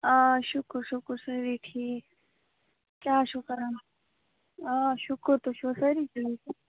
آ شُکُر شُکُر سٲری ٹھیٖک کیٛاہ چھُو کَران آ شُکُر تُہۍ چھِوا سٲری ٹھیٖک